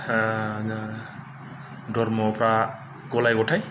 धोरोमफोरा गलाय गथाय